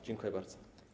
Dziękuję bardzo.